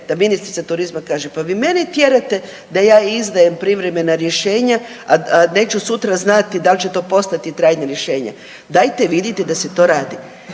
da ministrica turizma kaže pa vi mene tjerate da ja izdajem privremena rješenja, a neću sutra znati dal će to postati trajno rješenje. Dajte vidite da se to radi.